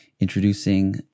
introducing